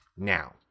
Now